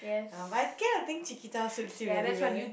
uh but I kind of think Cheeketah suits you very well